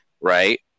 right